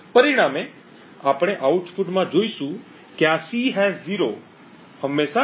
પરિણામે આપણે આઉટપુટમાં જોઈશું કે આ સી હેશ 0 હંમેશાં K0 મૂલ્ય હોય છે